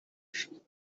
شده